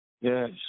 Yes